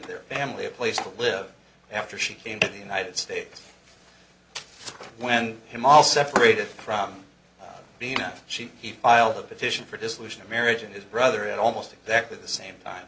their family a place to live after she came to the united states when him all separated from the sheep he filed the petition for dissolution of marriage and his brother at almost exactly the same time